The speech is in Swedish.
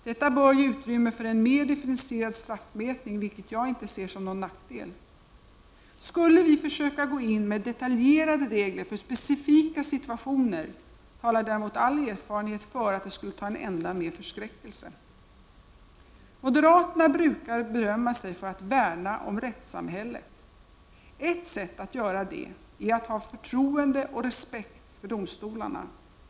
Detta bör ge utrymme för en mer differentierad straffmätning, vilket jag inte ser som någon nackdel. Skulle vi försöka gå in med detaljerade regler för specifika situationer talar däremot all erfarenhet för att det skulle ta en ände med förskräckelse. Moderaterna brukar berömma sig för att värna om rättssamhället. Ett sätt att göra det är att ha förtroende och respekt för domstolarna.